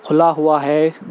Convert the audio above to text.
کھلا ہوا ہے